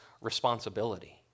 responsibility